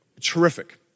terrific